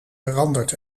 veranderd